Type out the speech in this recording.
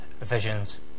visions